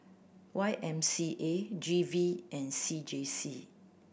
Y M C A G V and C J C